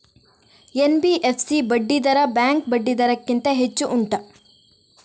NBFC ಬಡ್ಡಿ ದರ bank ಬಡ್ಡಿ ದರ ಗಿಂತ ಹೆಚ್ಚು ಉಂಟಾ